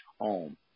home